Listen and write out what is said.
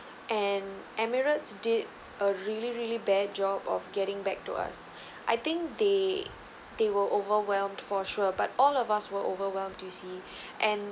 and Emirates did a really really bad job of getting back to us I think they they were overwhelmed for sure but all of us were overwhelmed you see and